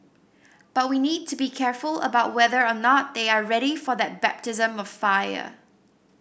but we need to be careful about whether or not they are ready for that baptism of fire